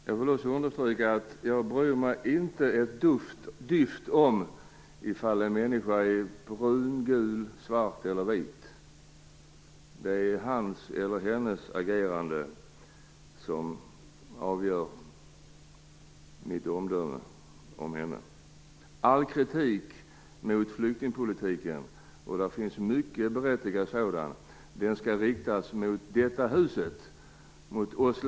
Jag vill också understryka att jag inte bryr mig ett dyft om ifall en människa är brun, gul, svart eller vit. Det är hans eller hennes agerande som avgör mitt omdöme om den det gäller. All kritik mot flyktingpolitiken, och det finns mycket berättigad sådan, skall riktas mot ledamöterna i detta hus.